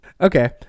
Okay